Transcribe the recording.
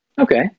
Okay